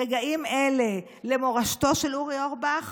ברגעים אלה, למורשתו של אורי אורבך